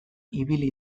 ibili